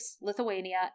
Lithuania